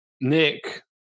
Nick